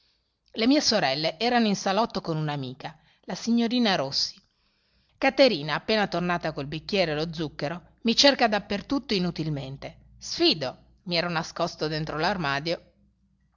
le mie sorelle erano in salotto con un'amica la signorina rossi caterina appena tornata col bicchiere e lo zucchero mi cerca dappertutto inutilmente fido i ero nascosto dentro